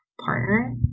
partner